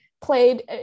played